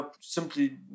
simply